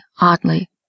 oddly